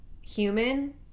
human